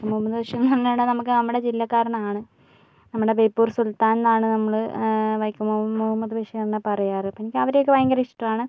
വൈക്കം മുഹമ്മദ് ബഷീറ് എന്താണ് നമുക്ക് നമ്മടെ ജില്ലക്കാരനാണ് നമ്മടെ ബേപ്പൂർ സുൽത്താൻ എന്നാണ് നമ്മള് വൈക്കം മുഹമ്മദ് ബഷീറിനെ പറയാറ് എനിക്ക് അവരെയൊക്കെ ഭയങ്കര ഇഷ്ടാണ്